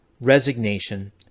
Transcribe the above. resignation